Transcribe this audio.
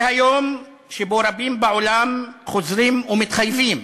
זה היום שבו רבים בעולם חוזרים ומתחייבים